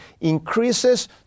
increases